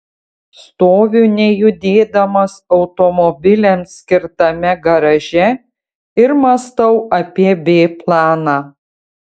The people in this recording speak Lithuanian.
stoviu nejudėdamas automobiliams skirtame garaže ir mąstau apie b planą